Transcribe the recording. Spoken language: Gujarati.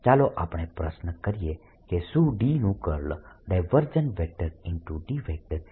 ચાલો આપણે પ્રશ્ન કરીએ કે શું D નું કર્લ D 0 છે